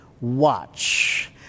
watch